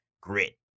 grit